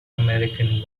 american